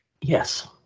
Yes